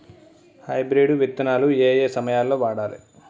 Hybrid విత్తనాలు ఏయే సమయాల్లో వాడాలి?